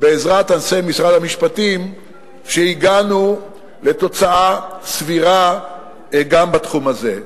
שבעזרת אנשי משרד המשפטים הגענו לתוצאה סבירה גם בתחום הזה.